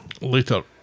Later